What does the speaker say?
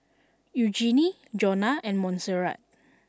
Eugenie Jonna and Monserrat